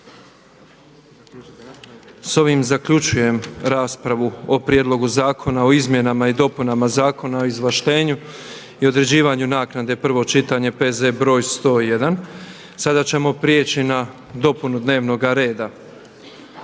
S ovim zaključujem raspravu o Prijedlogu zakona o izmjenama i dopunama Zakona o izvlaštenju i određivanju naknade, prvo čitanje, P.Z. br. 101. **Petrov, Božo